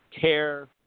care